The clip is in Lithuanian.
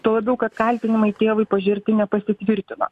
tuo labiau kad kaltinimai tėvui pažerti nepasitvirtino